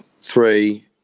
three